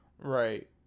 Right